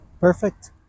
Perfect